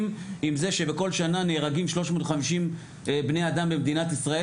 עם זה שבכל שנה נהרגים 350 בני אדם במדינת ישראל.